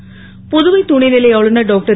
் புதுவை துணை லை ஆளுநர் டாக்டர்